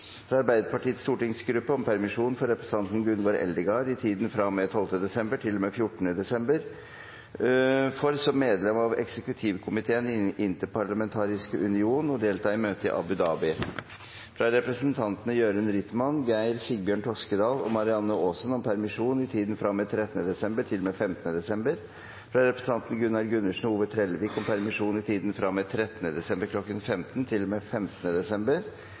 fra Arbeiderpartiets stortingsgruppe om permisjon for representanten Gunvor Eldegard i tiden fra og med 12. desember til og med 14. desember for som medlem av eksekutivkomiteen i Den interparlamentariske union å delta i møte i Abu Dhabi fra representantene Jørund Rytman , Geir Sigbjørn Toskedal og Marianne Aasen om permisjon i tiden fra og med 13. desember til og med 15. desember, fra representantene Gunnar Gundersen og Ove Trellevik om permisjon i tiden fra og med 13. desember